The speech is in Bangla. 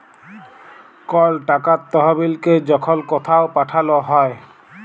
কল টাকার তহবিলকে যখল কথাও পাঠাল হ্যয়